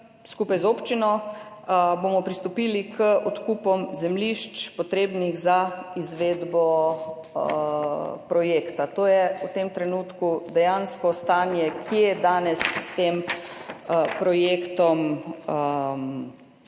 skupaj z občino pristopili k odkupom zemljišč, potrebnih za izvedbo projekta. To je v tem trenutku dejansko stanje, kjer smo danes s tem projektom.